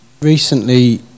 recently